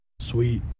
Sweet